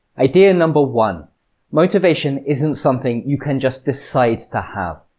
idea number one motivation isn't something you can just decide to have.